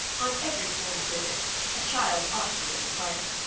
on every formal visit a child ought to be of the party,